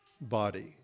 body